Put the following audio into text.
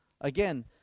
Again